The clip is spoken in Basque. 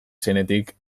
zenetik